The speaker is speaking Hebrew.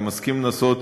אני מסכים לנסות